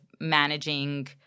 managing